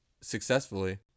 successfully